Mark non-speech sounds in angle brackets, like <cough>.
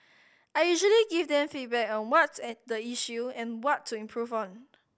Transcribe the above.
I usually give them feedback on what's <unintelligible> the issue and what to improve on